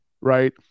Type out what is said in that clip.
right